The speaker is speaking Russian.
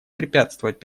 препятствовать